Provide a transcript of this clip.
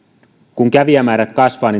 kun kävijämäärät kasvavat